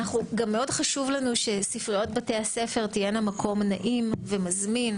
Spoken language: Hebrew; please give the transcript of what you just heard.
חשוב לנו שספריות בתי הספר תהיינה מקום נעים ומזמין.